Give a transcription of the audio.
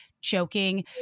choking